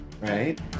Right